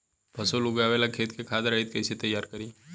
फसल उगवे ला खेत के खाद रहित कैसे तैयार करी?